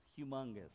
humongous